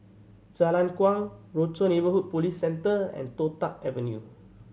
Jalan Kuang Rochor Neighborhood Police Centre and Toh Tuck Avenue